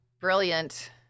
brilliant